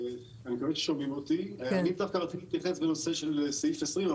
אני דווקא רציתי להתייחס בנושא של סעיף 20,